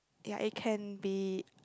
ya it can be